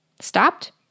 Stopped